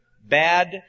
bad